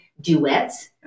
duets